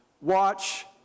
watch